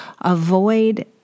avoid